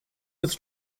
with